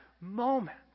moment